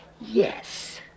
Yes